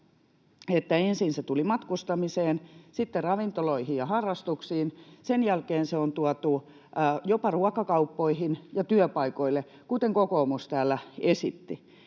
ensin se tuli matkustamiseen, sitten ravintoloihin ja harrastuksiin. Sen jälkeen se on tuotu jopa ruokakauppoihin ja työpaikoille, kuten kokoomus täällä esitti.